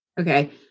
Okay